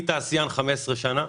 אני תעשיין 15 שנים,